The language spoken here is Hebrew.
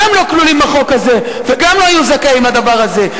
גם הם לא כלולים בחוק הזה ולא יהיו זכאים לדבר הזה.